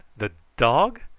the dog?